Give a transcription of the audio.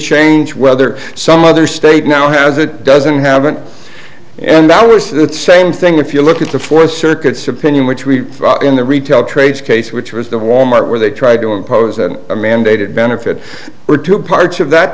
change whether some other state now has it doesn't have it and that was the same thing if you look at the four circuits opinion which we in the retail trade case which was the wal mart where they tried to impose a mandated benefit were two parts of that